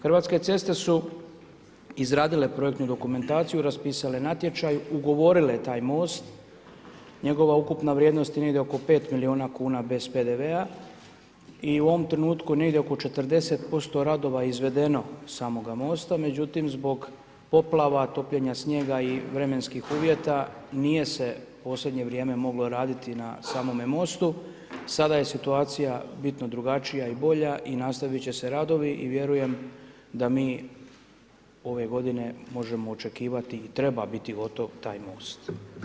Hrvatske ceste su izradile projektnu dokumentaciju, raspisale natječaj, ugovorile taj most, njegova ukupna vrijednost je negdje oko 5 milijuna kuna bez PDV-a i u ovom trenutku negdje oko 40% radova je izvedeno samoga mosta, međutim zbog poplava, topljena snijega i vremenskih uvjeta nije se u posljednje vrijeme moglo raditi na samome mostu, sada je situacija bitno drugačija i bolja i nastaviti će se radovi i vjerujem da mi ove godine možemo očekivati i treba biti gotov taj most.